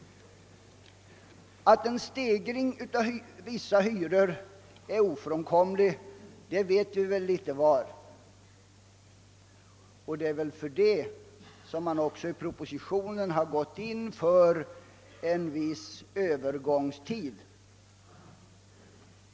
Att en stegring av vissa hyror är ofrånkomlig vid en avveckling av regleringen känner vi till litet var, och det är väl just av denna anledning som det i propositionen har föreslagits en viss övergångstid.